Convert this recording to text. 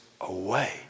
away